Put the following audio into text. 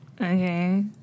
Okay